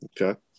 Okay